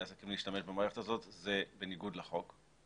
עסקים להשתמש במערכת הזאת וזה בניגוד לחוק.